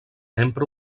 empra